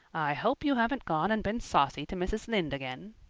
hope you haven't gone and been saucy to mrs. lynde again.